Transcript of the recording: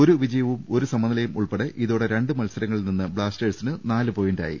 ഒരു വിജയവും ഒരു സമനിലയും ഉൾപ്പെടെ ഇതോടെ രണ്ട് മത്സരങ്ങളിൽ നിന്ന് ബ്ലാസ്റ്റേഴ്സിന് നാലു പോയിന്റായി